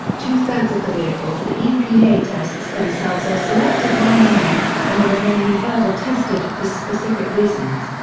two-thirds of the vehicles the epa tests themselves are selected randomly, and the remaining third are tested for specific reasons.